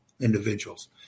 individuals